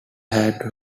had